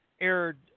aired